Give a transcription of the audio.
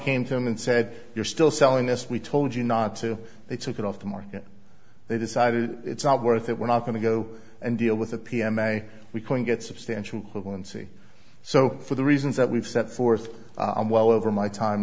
came to them and said you're still selling this we told you not to they took it off the market they decided it's not worth it we're not going to go and deal with the p m a we can get substantial currency so for the reasons that we've set forth i'm well over my time